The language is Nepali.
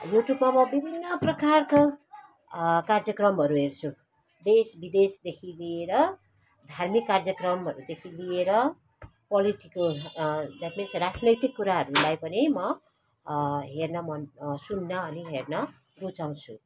युट्युबमा म विभिन्न प्रकारको कार्यक्रम हेर्छु देश विदेशदेखि लिएर धार्मीक कार्यक्रमहरूदेखि लिएर पोलिटिकल द्याट मिन्स राजनैतिक कुराहरूलाई पनि म हेर्न मन सुन्नु अनि हेर्न रुचाउँछु